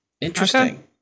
Interesting